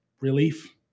relief